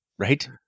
right